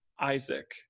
Isaac